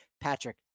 Patrick